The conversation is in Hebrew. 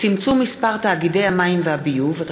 ביטול ארנונה